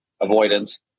avoidance